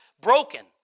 broken